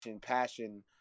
passion